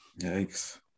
Yikes